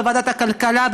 בוועדת הכלכלה,